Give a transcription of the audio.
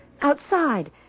Outside